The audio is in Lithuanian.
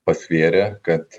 pasvėrė kad